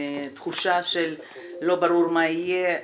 תחושה של לא ברור מה יהיה,